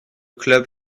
club